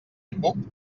epub